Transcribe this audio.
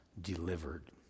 delivered